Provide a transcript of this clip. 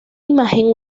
imagen